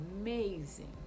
amazing